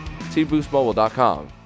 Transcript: tboostmobile.com